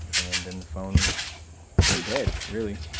and then the phone went dead, really.